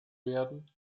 werden